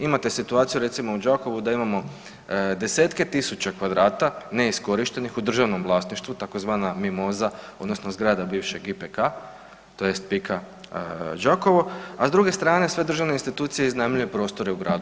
Imate situaciju recimo u Đakovu da imamo 10-tke tisuća kvadrata neiskorištenih u državnom vlasništvu tzv. mimoza odnosno zgrada bivšeg IPK tj. PIK-a Đakovo, a s druge strane sve državne institucije iznajmljuju prostore u gradu.